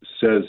says